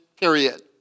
period